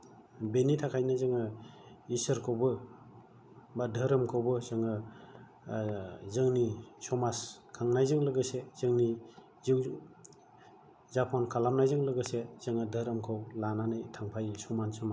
बेनि थाखायनो जोङो ईसोरखौबो बा धोरोमखौबो जोङो जोंनि समाज खांनायजों लोगोसे जोंनि जापन खालामनायजों लोगोसे जोङो धोरोमखौ लानानै थांफायो समान समान